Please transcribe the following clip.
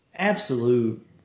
Absolute